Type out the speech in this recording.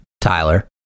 Tyler